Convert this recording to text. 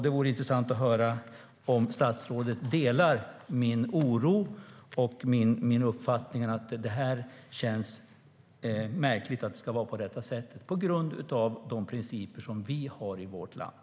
Det vore intressant att höra om statsrådet delar min oro och min uppfattning att det känns märkligt att det ska vara på detta sätt på grund av de principer som vi har i vårt land.